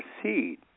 Proceed